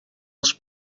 els